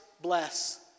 bless